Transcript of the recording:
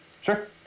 sure